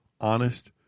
honest